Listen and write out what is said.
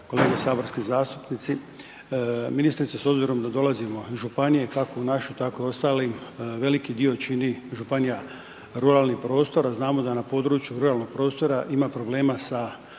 kolege saborski zastupnici, ministrice s obzirom da dolazimo iz županije, kako u našoj, tako i u ostalim, veliki dio čini županija ruralnih prostora, znamo da na području ruralnog prostora ima problema sa pristupu